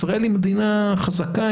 ישראל היא מדינה חזקה,